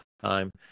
time